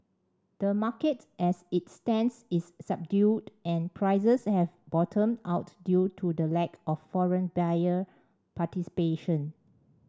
the market as it stands is subdued and prices have bottomed out due to the lack of foreign buyer participation